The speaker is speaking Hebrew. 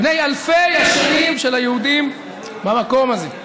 בנות אלפי השנים של היהודים במקום הזה.